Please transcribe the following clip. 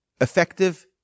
effective